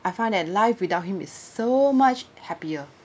I find that life without him is so much happier